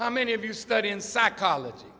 how many of you study in psychology